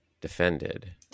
defended